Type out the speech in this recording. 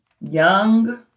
Young